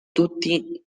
tutti